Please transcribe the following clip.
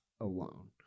alone